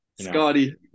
Scotty